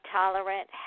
tolerant